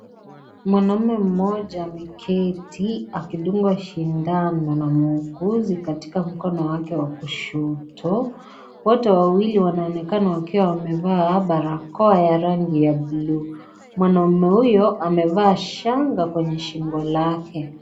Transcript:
Mwanaume mmoja ameketi akidungwa sindano na muuguzi katika mkono wake wa kushoto. Wote wawili, wanaoneka wakiwa wamevaa barakoa ya rangi ya buluu. Mwanaume huyo, amevaa shanga kwenye shingo lake.